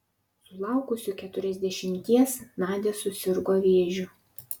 sulaukusi keturiasdešimties nadia susirgo vėžiu